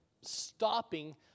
stopping